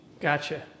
Gotcha